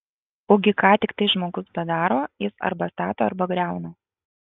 ugi ką tiktai žmogus bedaro jis arba stato arba griauna